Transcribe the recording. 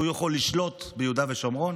שהוא יכול לשלוט ביהודה ושומרון,